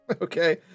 Okay